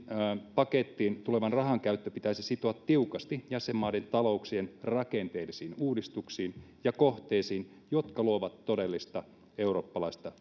pakettiin tulevan rahan käyttö pitäisi sitoa tiukasti jäsenmaiden talouksien rakenteellisiin uudistuksiin ja kohteisiin jotka luovat todellista eurooppalaista